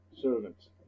servants